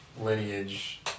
lineage